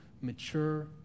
mature